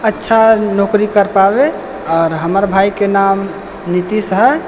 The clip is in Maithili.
अच्छा नौकरी कर पाबै हमर भाइके नाम नीतीश हय